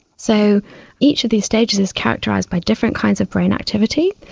so each of these stages is characterised by different kinds of brain activity,